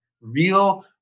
real